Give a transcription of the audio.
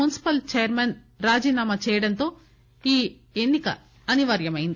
municipal chairman రాజీనామా చేయడంతో ఈ ఎన్నిక అనివార్యమైంది